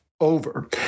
over